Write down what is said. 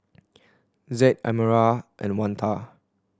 Zaid Almira and Oneta